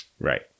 Right